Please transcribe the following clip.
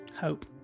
hope